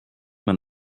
man